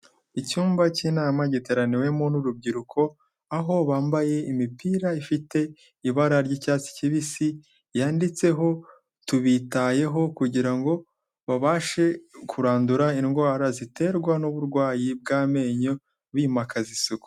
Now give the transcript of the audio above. Icyumba cy'inama giteraniwemo n'urubyiruko aho bambaye imipira ifite ibara ry'icyatsi kibisi yanditseho tubitayeho kugira ngo babashe kurandura indwara ziterwa n'uburwayi bw'amenyo bimakaza isuku.